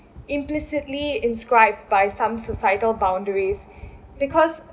implicitly inscribed by some societal boundaries because